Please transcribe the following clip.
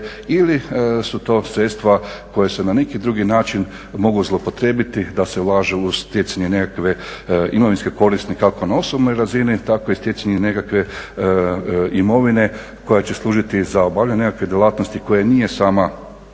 ili su to sredstva koja se na neki drugi način mogu zloupotrijebiti da se ulažu u stjecanje nekakve imovinske koristi kako na osobnoj razini tako i stjecanje nekakve imovine koja će služiti za obavljanje nekakve djelatnosti koja nije sama